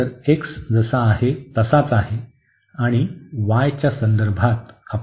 तर x जसा आहे तसाच आहे आणि y च्या संदर्भात आपल्याला तिथे x मिळेल